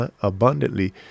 abundantly